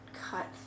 cut